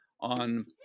on